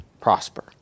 prosper